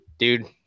Dude